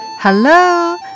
Hello